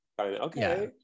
Okay